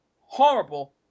horrible